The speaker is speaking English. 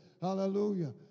Hallelujah